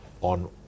on